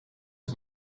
het